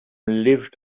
lived